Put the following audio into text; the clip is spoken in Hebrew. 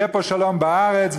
יהיה פה שלום בארץ,